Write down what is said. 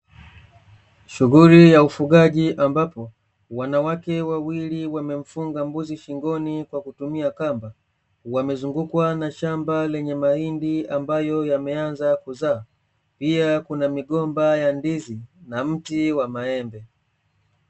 Shughuli ya ufugaji ambapo wanawake wawili wamemfunga mbuzi shingoni kwa kutumia kamba, wamezungukwa na shamba lenye mahindi ambayo yameanza kuzaa pia kuna migomba ya ndizi na mti wa maembe.